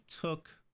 took